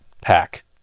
pack